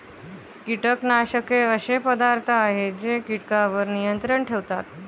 कीटकनाशके असे पदार्थ आहेत जे कीटकांवर नियंत्रण ठेवतात